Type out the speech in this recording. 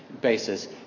basis